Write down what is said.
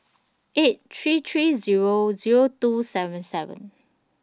eight three three Zero Zero two seven seven